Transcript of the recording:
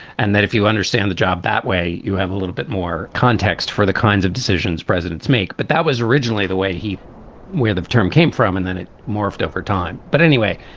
and that if you understand the job that way, you have a little bit more context for the kinds of decisions presidents make. but that was originally the way he where the term came from and then it morphed over time. but anyway,